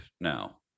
now